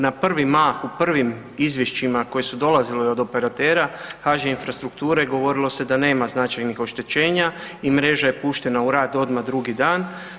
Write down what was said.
Na prvi mah, u prvim izvješćima koja su dolazila od operatera HŽ Infrastrukture govorilo se da nema značajnih oštećenja i mreža je puštena u rad odmah drugi dan.